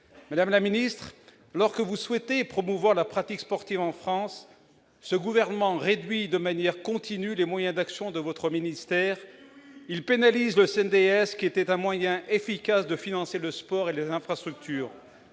Madame la ministre, alors que vous souhaitez promouvoir la pratique sportive en France, ce gouvernement réduit de manière continue les moyens d'action de votre ministère. Il pénalise le CNDS, qui était un moyen efficace de financer le sport et les infrastructures.